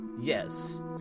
Yes